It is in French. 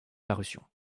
parution